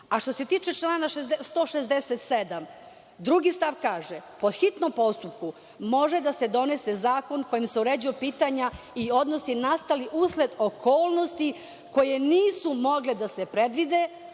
se tiče člana 167. stav 2. kaže – po hitnom postupku može da se donese zakon kojim se uređuju pitanja i odnosi nastali usled okolnosti koje nisu mogle da se predvide,